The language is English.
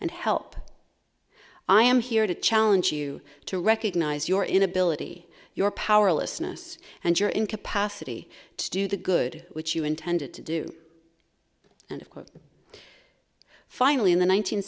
and help i am here to challenge you to recognize your inability your powerlessness and your incapacity to do the good which you intended to do and of course finally in the